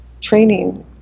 training